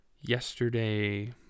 yesterday